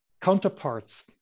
counterparts